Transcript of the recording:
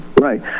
Right